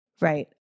right